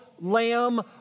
Lamb